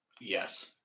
Yes